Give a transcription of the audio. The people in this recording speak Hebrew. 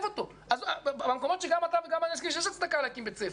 אותו במקומות שגם אתה וגם אני מסכימים שיש הצדקה להקים בית ספר.